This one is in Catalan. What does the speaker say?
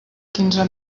quinze